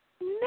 No